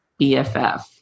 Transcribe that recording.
BFF